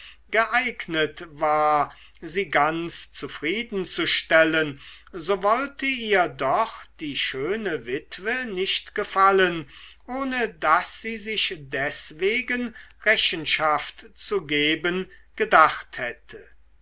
geeignet war sie ganz zufriedenzustellen so wollte ihr doch die schöne witwe nicht gefallen ohne daß sie sich deswegen rechenschaft zu geben gedacht hätte